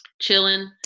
chilling